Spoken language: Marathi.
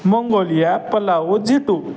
मंगोलिया पलाव जिटू